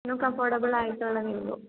നമുക്ക് അഫ്ഫോർഡബൾ ആയിട്ടുള്ളതേ ഉള്ളൂ